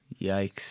Yikes